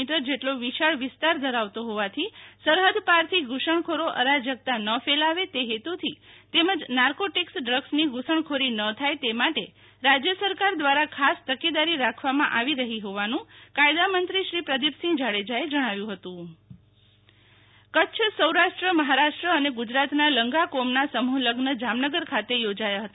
મી જેટલો વિશાળ વિસ્તાર ધરાવતો હોવાથી સરહદપારથી ધુ સણખોરો અરાજકતા ન ફેલાવે તે હેતુ થી તેમજ નાર્કોટીક્સ ડ્રગ્સની ધુ સણખોરી ન થાય તે માટે રાજય સરકાર દ્રારા ખાસ તકેદારી રાખવામાં આવી રહી હોવાનું કાયદામંત્રીશ્રી પ્રદિપસિંહ જાડેજાએ જણાવ્યુ હતું શીતલ વૈશ્નવ લંઘા કોમ સમુ હ લઝન કચ્છ સૌરાષ્ટ્ર મહારાષ્ટ્ર અને ગુજરાતના લંઘા કોમના સમ્ હલઝન જામનગર ખાતે યોજાયા હતા